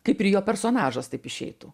kaip ir jo personažas taip išeitų